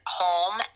home